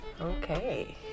Okay